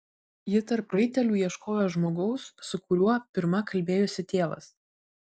ji tarp raitelių ieškojo žmogaus su kuriuo pirma kalbėjosi tėvas